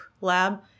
lab